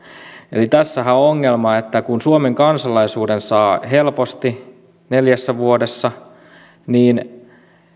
eli tässähän on ongelma että kun suomen kansalaisuuden saa helposti neljässä vuodessa niin